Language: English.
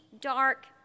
dark